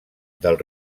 del